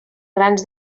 grans